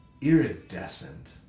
iridescent